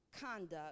conduct